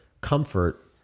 comfort